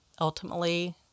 ultimately